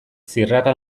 zirrara